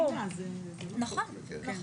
ברור, נכון.